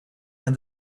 and